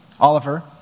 Oliver